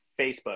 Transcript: Facebook